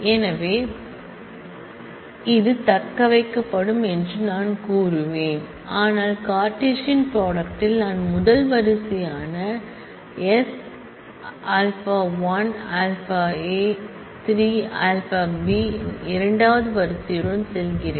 எனவே இது தக்கவைக்கப்படும் என்று நான் கூறுவேன் ஆனால் கார்ட்டீசியன் ப்ராடக்ட் ல் நான் முதல் ரோயான s α 1 α a 3 a β இன் இரண்டாவது ரோயுடன் செல்கிறேன்